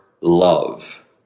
love